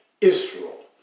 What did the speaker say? Israel